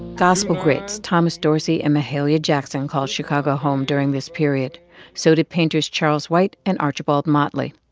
gospel greats thomas dorsey and mahalia jackson called chicago home during this period so did painters charles white and archibald motley.